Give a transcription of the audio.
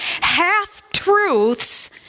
half-truths